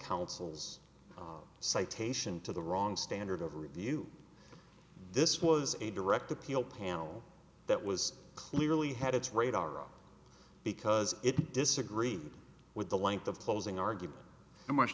counsel's citation to the wrong standard of review this was a direct appeal panel that was clearly had its radar off because it disagreed with the length of closing argument how much